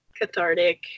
cathartic